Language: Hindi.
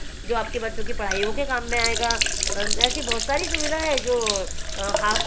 जो आपके बच्चों के पढ़ाईयों के काम में आएगा ऐसी बहुत सारी सुविधा हैं जो